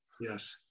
Yes